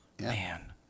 Man